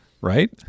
right